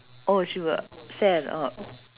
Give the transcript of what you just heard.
oh she would sell oh